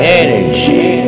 energy